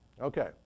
Okay